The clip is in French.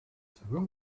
savoir